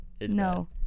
No